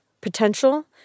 potential